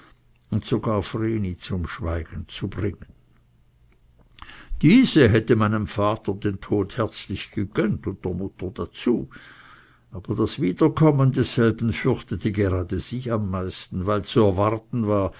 und sogar vreni zum schweigen zu bringen diese hätte meinem vater den tod herzlich gegönnt und der mutter dazu aber das wiederkommen desselben fürchtete gerade sie am meisten weil zu erwarten war